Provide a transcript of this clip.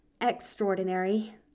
extraordinary